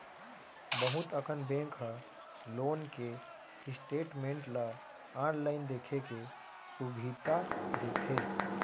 बहुत अकन बेंक ह लोन के स्टेटमेंट ल आनलाइन देखे के सुभीता देथे